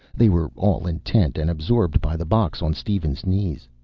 they were all intent and absorbed by the box on steven's knees.